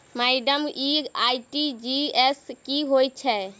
Madam इ RTGS की होइ छैय?